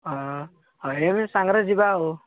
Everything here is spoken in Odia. ହଁ ସାଙ୍ଗରେ ଯିବା ଆଉ